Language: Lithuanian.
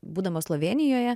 būdamas slovėnijoje